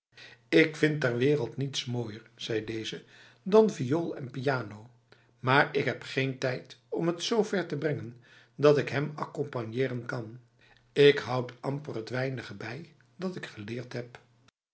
ik vind ter wereld niets mooier zei deze dan viool en piano maar ik heb geen tijd om het zo ver te brengen dat ik hem accompagneren kan ik houd amper het weinige bij dat ik geleerd heb